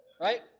right